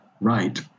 right